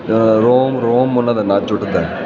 ਰੋਮ ਰੋਮ ਉਹਨਾਂ ਦਾ ਨੱਚ ਉੱਠਦਾ